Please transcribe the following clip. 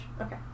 okay